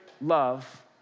love